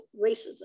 racism